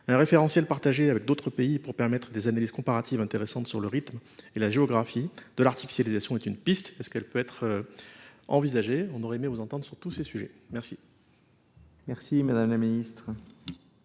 Un référentiel partagé avec d'autres pays pour permettre des analyses comparatives intéressantes sur le rythme et la géographie. De l'artificialisation est une piste ? Est-ce qu'elle peut être envisagée ? On aurait aimé vous entendre sur tous ces sujets. Merci. Merci Madame la Ministre.